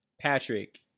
Patrick